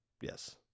Yes